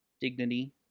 dignity